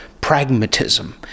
pragmatism